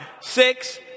six